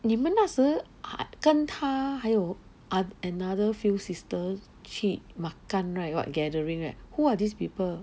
你们那时 ah 跟他还有 ah another few sisters 去 makan right what gathering right who are these people